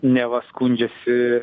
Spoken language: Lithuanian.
neva skundžiasi